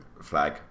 flag